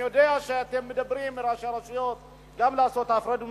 אני יודע שאתם מדברים עם ראשי הרשויות גם כדי לעשות הפרד ומשול.